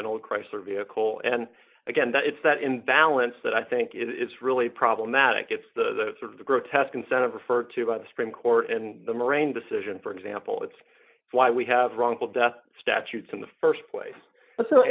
an old chrysler vehicle and again it's that imbalance that i think it's really problematic it's the sort of grotesque incentive referred to by the supreme court in the moraine decision for example it's why we have wrongful death statutes in the st place so